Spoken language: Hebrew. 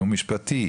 או משפטי,